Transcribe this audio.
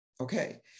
Okay